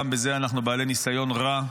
גם בזה אנחנו בעלי ניסיון רע,